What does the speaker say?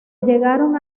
llegaron